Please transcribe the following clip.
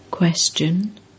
Question